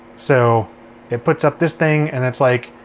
so it puts up this thing and it's like,